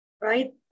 right